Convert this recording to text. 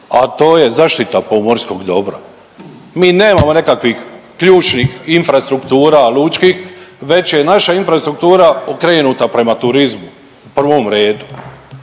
a to je zaštita pomorskog dobra. Mi nemamo nekakvih ključnih infrastruktura lučkih već je naša infrastruktura okrenuta prema turizmu u prvom redu.